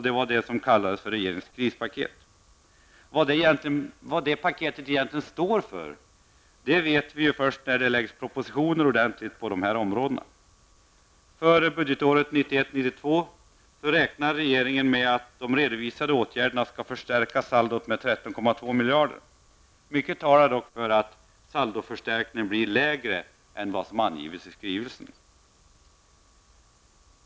Det var denna som kallades regeringens krispaket. Vad det paketet egentligen står för får vi veta först när propositioner läggs fram. För budgetåret 1991/92 räknar regeringen med att de redovisade åtgärderna skall förstärka saldot med 13,2 miljarder. Mycket talar dock för att saldoförstärkningen blir mindre än vad som angetts i skrivelsen.